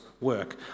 work